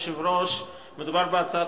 אני קובע שהצעת